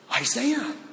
Isaiah